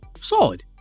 solid